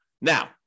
Now